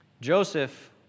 Joseph